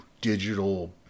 digital